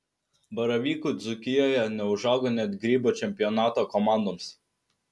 baravykų dzūkijoje neužaugo net grybų čempionato komandoms